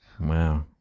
Wow